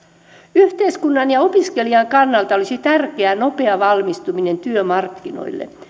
yhteiskunnan ja opiskelijan kannalta olisi tärkeää nopea valmistuminen työmarkkinoille